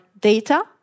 data